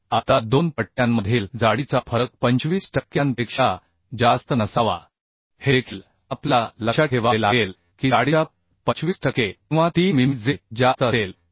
आता दोन पट्ट्यांमधील जाडीचा फरक 25 टक्क्यांपेक्षा जास्त नसावा हे देखील आपल्याला लक्षात ठेवावे लागेल की जाडीच्या 25 टक्के किंवा 3 मिमी जे जास्त असेल ते